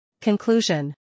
Conclusion